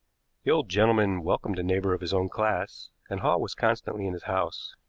the old gentleman welcomed a neighbor of his own class, and hall was constantly in his house.